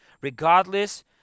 regardless